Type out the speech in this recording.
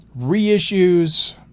reissues